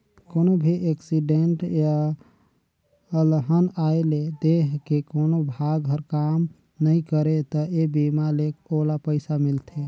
कोनो भी एक्सीडेंट य अलहन आये ले देंह के कोनो भाग हर काम नइ करे त ए बीमा ले ओला पइसा मिलथे